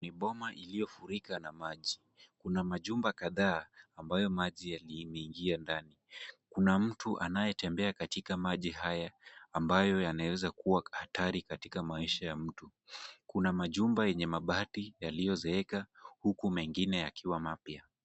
Ni boma iliyofurika na maji. Kuna majumba kadhaa ambayo maji yaliingia ndani kuna mtu anayetembea katika maji haya ambayo yanaweza kua hatari katika maisha ya mtu. Kuna majumba yenye mabati yaliyozeeka huku mengine yakiwa mapya.